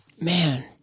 Man